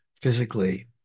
physically